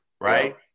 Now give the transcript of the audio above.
right